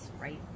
right